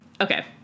okay